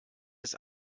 ist